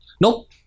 Nope